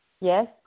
Yes